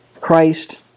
Christ